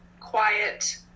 quiet